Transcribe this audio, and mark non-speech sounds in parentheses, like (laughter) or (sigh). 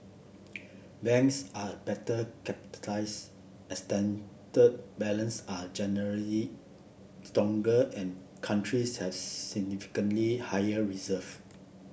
banks are a better capitalised (unintelligible) balance are generally stronger and countries have significantly higher reserve